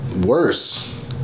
Worse